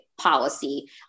policy